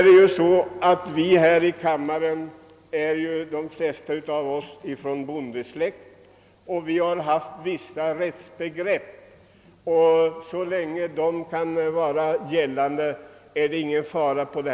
De flesta av oss här i kammaren är av bondesläkt, och vi har blivit uppvuxna med vissa rättsbegrepp. Så länge dessa förblir gällande är det ingen fara.